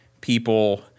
people